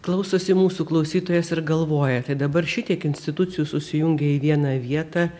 klausosi mūsų klausytojas ir galvoja tai dabar šitiek institucijų susijungia į vieną vietą